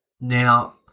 Now